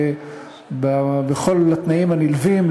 ובכל התנאים הנלווים,